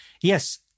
Yes